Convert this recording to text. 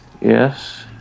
Yes